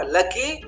Lucky